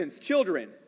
children